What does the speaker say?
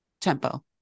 tempo